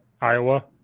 Iowa